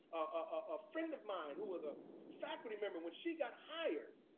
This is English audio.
a friend of mine who was a faculty member, when she got hired,